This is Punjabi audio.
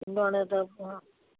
ਪਿੰਡੋਂ ਆਉਣਾ ਤਾਂ ਹਾਂ